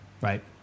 Right